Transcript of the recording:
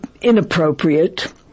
inappropriate